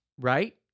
Right